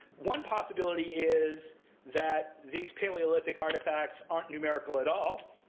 one possibility is that these paleolithic artifacts aren't numerical at all.